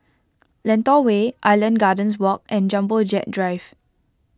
Lentor Way Island Gardens Walk and Jumbo Jet Drive